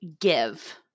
give